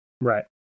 Right